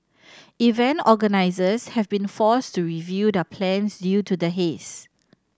event organisers have been forced to review their plans due to the haze